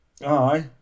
Aye